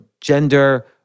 gender